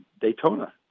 Daytona